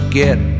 get